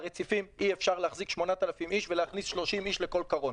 ברציפים אי אפשר להחזיק 8,000 איש ולהכניס 30 איש לכל קרון.